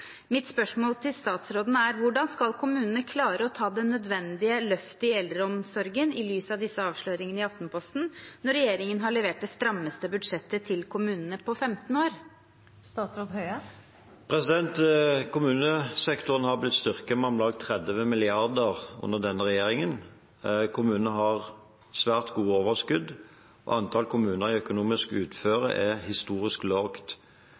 Mitt spørsmål til statsråden er: Hvordan skal kommunene klare å ta det nødvendige løftet i eldreomsorgen i lys av disse avsløringene i Aftenposten når regjeringen har levert det strammeste budsjettet til kommunene på 15 år? Kommunesektoren har blitt styrket med om lag 30 mrd. kr under denne regjeringen. Kommunene har svært gode overskudd, og antall kommuner i økonomisk uføre er historisk